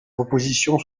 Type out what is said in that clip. proposition